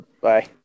Bye